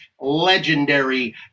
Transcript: legendary